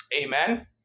Amen